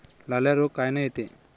लाल्या रोग कायनं येते?